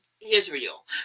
Israel